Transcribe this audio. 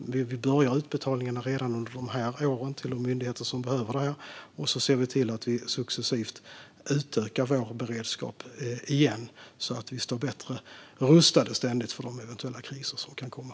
Vi börjar utbetalningarna redan under de här åren till de myndigheter som behöver det och ser till att vi succesivt utökar vår beredskap igen så att vi står bättre rustade, ständigt, för de kriser som kan komma.